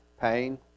pain